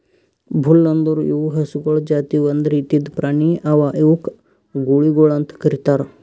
bull ಅಂದುರ್ ಇವು ಹಸುಗೊಳ್ ಜಾತಿ ಒಂದ್ ರೀತಿದ್ ಪ್ರಾಣಿ ಅವಾ ಇವುಕ್ ಗೂಳಿಗೊಳ್ ಅಂತ್ ಕರಿತಾರ್